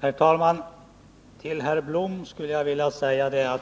Herr talman! Till herr Blom vill jag säga att jag